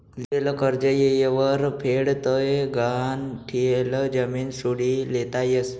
लियेल कर्ज येयवर फेड ते गहाण ठियेल जमीन सोडी लेता यस